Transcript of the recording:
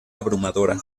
abrumadora